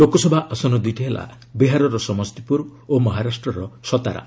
ଲୋକସଭା ଆସନ ଦୂଇଟି ହେଲା ବିହାରର ସମସ୍ତିପ୍ରର ଓ ମହାରାଷ୍ଟ୍ରର ସତାରା